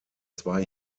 zwei